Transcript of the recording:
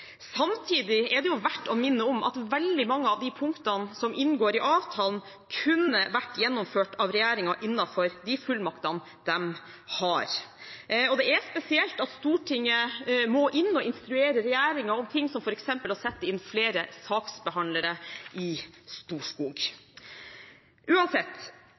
Samtidig er det verdt å minne om at veldig mange av de punktene som inngår i avtalen, kunne vært gjennomført av regjeringen innenfor de fullmaktene de har. Det er spesielt at Stortinget må inn og instruere regjeringen om ting som f.eks. å sette inn flere saksbehandlere på Storskog. Uansett: